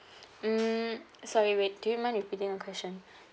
mm sorry wait do you mind repeating your question